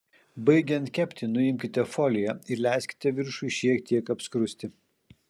baigiant kepti nuimkite foliją ir leiskite viršui šiek tiek apskrusti